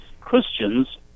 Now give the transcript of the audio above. Christians